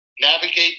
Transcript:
navigate